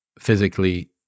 physically